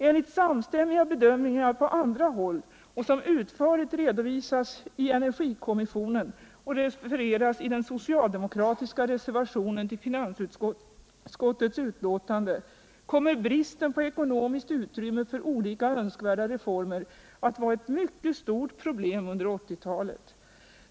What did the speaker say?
Enligt samstämmiga bedömningar från annat håll, som utförligt redovisats av ecnergikommissionen och som refererats i den socialdemokratiska reservationen vid finansutskottets betänkande, kommer bristen på ekonomiskt utrymme för olika önskvärda reformer att vara ett mycket stort problem under 1980-talet.